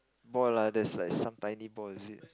ball lah there's like some tiny ball is it